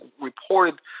reported